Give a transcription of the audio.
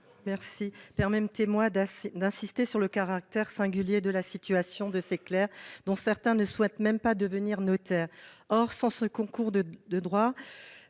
d'État, permettez-moi d'insister sur le caractère singulier de la situation de ces clercs, dont certains ne souhaitent même pas devenir notaires. Sans ce concours de droit